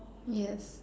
yes